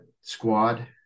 squad